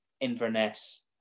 Inverness